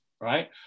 Right